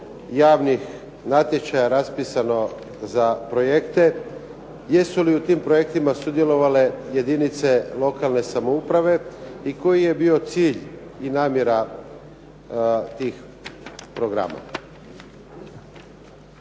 javnih natječaja raspisano za projekte. Jesu li u tim projektima sudjelovale jedinice lokalne samouprave i koji je bio cilj i namjera tih programa.